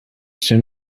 soon